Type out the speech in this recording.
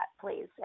Please